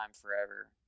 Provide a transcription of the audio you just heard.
forever